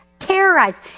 terrorized